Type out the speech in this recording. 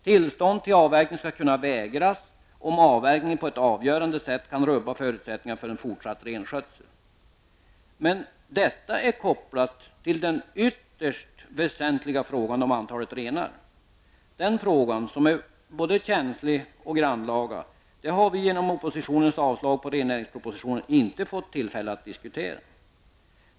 Tillstånd till avverkning skall kunna vägras om avverkningen på ett avgörande sätt kan rubba förutsättningarna för en fortsatt renskötsel. Men detta är kopplat till den ytterst väsentliga frågan om antalet renar. Den frågan, som är både känslig och grannlaga, har vi genom oppositionens avslag på rennäringspropositionen inte fått tillfälle att diskutera.